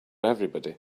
everybody